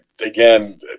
Again